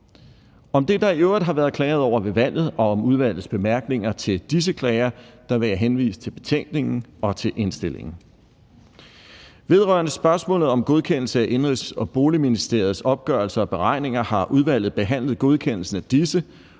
om det, der i øvrigt har været klaget over ved valget, og om udvalgets bemærkninger til disse klager, vil jeg henvise til betænkningen og til indstillingen. Vedrørende spørgsmålet om godkendelse af Indenrigs- og Boligministeriets opgørelser og beregninger har udvalget behandlet godkendelsen af disse,